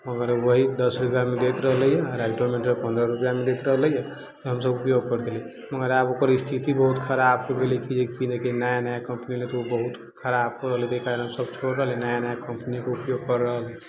मगर वही दस रुपैआमे दैत रहलैए आओर राइटोमीटर पनरह रुपैआमे दैत रहलै तब हमसब उपयोग करैत रहली मगर आब ओकर स्थिति बहुत खराब हो गेलै कि जे नया नया कम्पनी अएलै तऽ ओ बहुत खराब करलकै कारण सब छोड़ रहलै नया नया कम्पनीके उपयोग कऽ रहल अइ